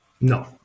No